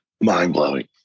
Mind-blowing